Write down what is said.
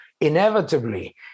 inevitably